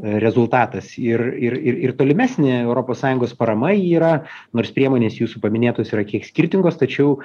rezultatas ir ir ir ir tolimesnė europos sąjungos parama yra nors priemonės jūsų paminėtos yra kiek skirtingos tačiau